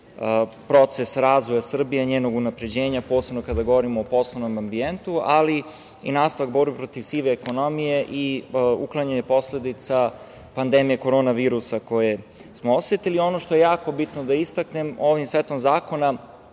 proces razvoja Srbije, njenog unapređenja, posebno kada govorimo o poslovnom ambijentu, ali i nastavak borbe protiv sive ekonomije i uklanjanje posledica pandemije Korona virusa koju smo osetili. Ono što je jako bitno da istaknem, ovim setom zakona